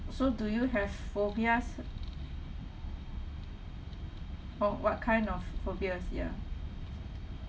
so do you have phobias oh what kind of phobias ya